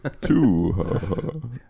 two